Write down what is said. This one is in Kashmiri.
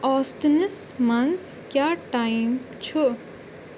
آسٹِنَس منٛز کیٛاہ ٹایم چھُ